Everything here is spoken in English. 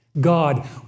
God